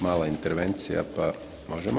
Mala intervencija pa možemo.